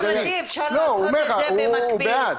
הוא בעד.